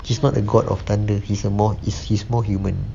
he's not a god of thunder he's a more he's he's more human